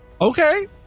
Okay